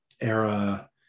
era